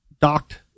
docked